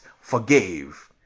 forgave